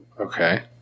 Okay